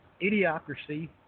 idiocracy